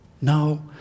No